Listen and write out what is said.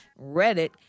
Reddit